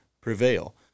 prevail